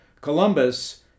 Columbus